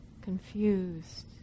confused